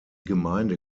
gemeinde